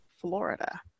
Florida